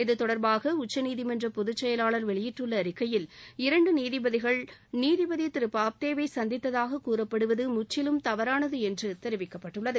இதுதொடர்பாக உச்சநீதிமன்ற பொதுச் செயலாளர் வெளியிட்டுள்ள அறிக்கையில் இரண்டு நீதிபதிகள் நீதிபதி திரு பாப்டேவை சந்தித்ததாக கூறப்படுவது முற்றிலும் தவறானது என்று தெரிவிக்கப்பட்டுள்ளது